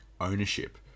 ownership